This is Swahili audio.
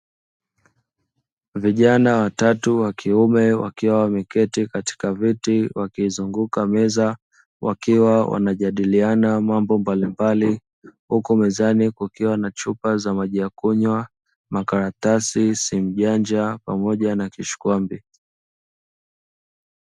Vijana watatu wa kiume, wakiwa wameketi katika viti wakiizunguka meza, wakiwa wanajadiliana mambo mbalimbali. Huku mezani kukiwa na chupa za maji ya kunywa, makaratasi, simu janja pamoja na kishikwambi.